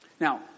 Now